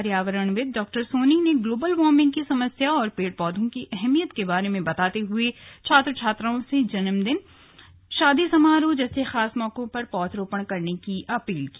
पर्यावरणविद् डॉ सोनी ने global warming की समस्या और पेड़ पौधों की अहमियत के बारे में बताते हुए छात्र छात्राओं से जन्मदिन शादी समारोह जैसे खास मौकों पर पौधरोपण करने की अपील की